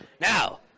Now